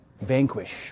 vanquish